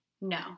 No